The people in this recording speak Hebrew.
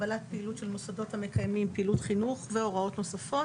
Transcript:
(הגבלת פעילות של מוסדות המקיימים פעילות חינוך והוראות נוספות)